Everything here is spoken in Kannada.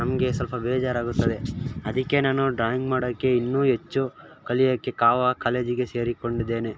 ನಮಗೆ ಸ್ವಲ್ಪ ಬೇಜಾರಾಗುತ್ತದೆ ಅದಕ್ಕೆ ನಾನು ಡ್ರಾಯಿಂಗ್ ಮಾಡೋಕೆ ಇನ್ನೂ ಹೆಚ್ಚು ಕಲಿಯೋಕ್ಕೆ ಕಾವಾ ಕಾಲೇಜಿಗೆ ಸೇರಿಕೊಂಡಿದ್ದೇನೆ